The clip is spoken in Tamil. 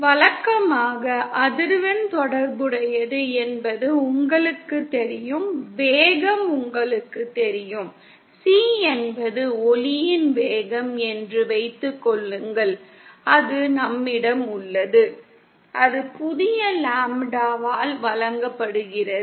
வழக்கமாக அதிர்வெண் தொடர்புடையது என்பது உங்களுக்குத் தெரியும் வேகம் உங்களுக்குத் தெரியும் C என்பது ஒளியின் வேகம் என்று வைத்துக் கொள்ளுங்கள் அது நம்மிடம் உள்ளது அது புதிய லாம்ப்டாவால் வழங்கப்படுகிறது